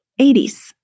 80s